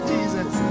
Jesus